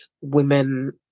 women